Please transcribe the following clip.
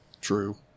True